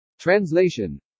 Translation